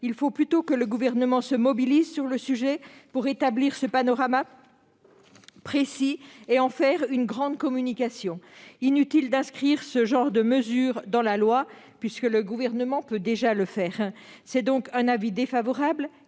Il faut plutôt que le Gouvernement se mobilise sur le sujet, afin d'établir ce panorama précis et d'en faire une grande communication. Il est inutile d'inscrire ce genre de mesures dans la loi, puisque le Gouvernement peut déjà le faire. Notre avis défavorable